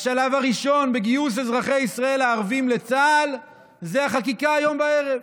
השלב הראשון בגיוס אזרחי ישראל הערבים לצה"ל זה החקיקה היום בערב.